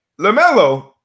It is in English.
LaMelo